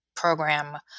program